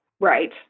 Right